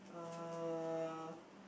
uh